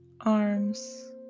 arms